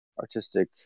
artistic